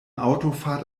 autofahrt